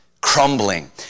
crumbling